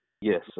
Yes